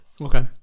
Okay